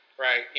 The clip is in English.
right